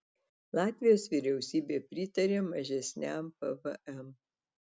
latvijos vyriausybė pritarė mažesniam pvm